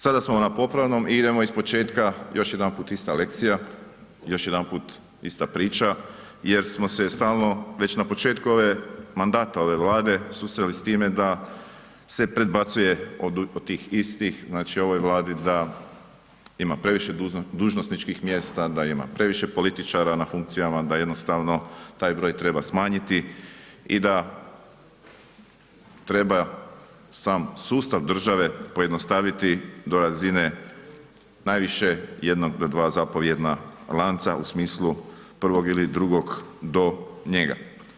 Sada smo na popravnom i idemo iz početka, još jedanput ista lekcija, još jedanput ista priča jer smo se stalno već na početku ove, mandata ove Vlade susreli s time da se predbacuje od tih istih, znači ovoj Vladi da ima previše dužnosničkih mjesta, da ima previše političara na funkcijama, da jednostavno taj broj treba smanjiti i da treba sam sustav države pojednostaviti do razine najviše jednog do dva zapovjedna lanca u smislu prvog ili drugog do njega.